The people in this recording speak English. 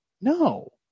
No